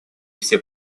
все